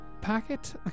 Packet